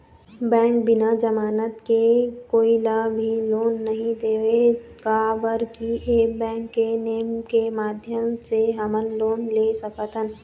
Bank बिना जमानत के कोई ला भी लोन नहीं देवे का बर की ऐप बैंक के नेम के माध्यम से हमन लोन ले सकथन?